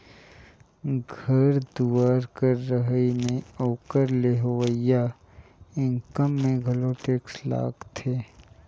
घर दुवार कर रहई में ओकर ले होवइया इनकम में घलो टेक्स लागथें